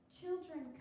children